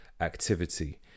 activity